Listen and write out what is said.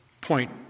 point